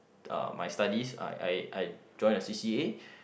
uh my studies I I I join a C_c_A